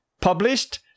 published